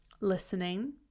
listening